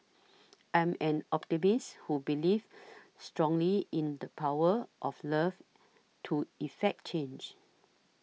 I'm an optimist who believes strongly in the power of love to effect change